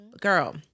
girl